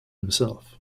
himself